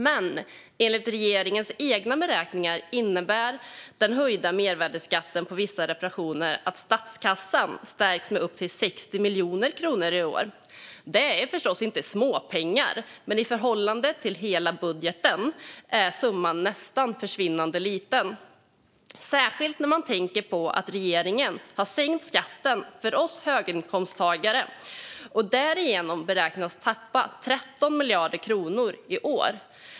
Men enligt regeringens egna beräkningar innebär den höjda mervärdesskatten på vissa reparationer att statskassan stärks med upp till 60 miljoner kronor i år. Det är förstås inte småpengar, men i förhållande till hela budgeten är summan nästan försvinnande liten, särskilt när man tänker på att regeringen har sänkt skatten för oss höginkomsttagare och därigenom beräknas tappa 13 miljarder kronor i år.